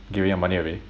giving your money away